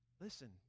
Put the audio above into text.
listen